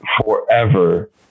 forever